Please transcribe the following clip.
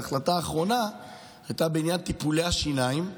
ההחלטה האחרונה הייתה בעניין טיפולי השיניים.